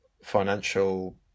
financial